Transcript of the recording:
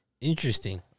Interesting